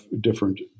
different